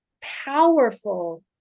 powerful